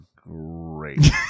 great